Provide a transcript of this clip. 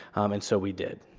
and so we did.